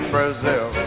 Brazil